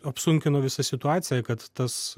apsunkino visą situaciją kad tas